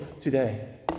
today